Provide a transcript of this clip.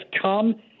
come